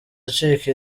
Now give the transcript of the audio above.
acika